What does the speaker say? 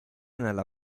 nella